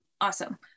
Awesome